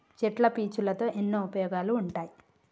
చెట్ల పీచులతో ఎన్నో ఉపయోగాలు ఉంటాయి